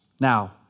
Now